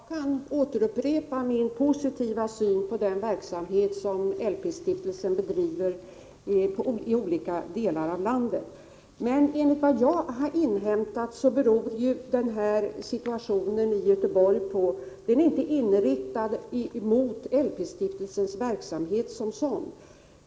Herr talman! Jag kan åter upprepa min positiva syn på den verksamhet som LP-stiftelsen bedriver i olika delar av landet. Men enligt vad jag har inhämtat är situationen i Göteborg inte inriktad mot LP-stiftelsens verksamhet som sådan.